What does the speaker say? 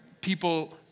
people